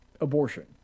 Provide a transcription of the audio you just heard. abortion